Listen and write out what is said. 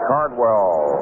Cardwell